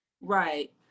Right